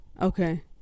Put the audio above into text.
Okay